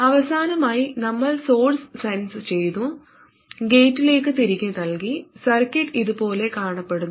അവസാനമായി നമ്മൾ source sense ചെയ്തു ഗേറ്റിലേക്ക് തിരികെ നൽകി സർക്യൂട്ട് ഇതുപോലെ കാണപ്പെടുന്നു